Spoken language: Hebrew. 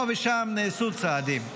פה ושם נעשו צעדים,